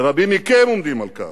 ורבים מכם עומדים על כך,